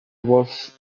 was